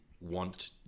want